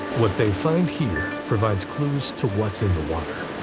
what they find here provides clues to what's in the water.